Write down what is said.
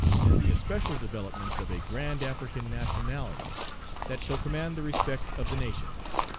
and the especial development of a grand african nationality that shall command the respect of the nations